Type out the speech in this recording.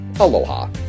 Aloha